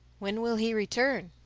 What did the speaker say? when will he return?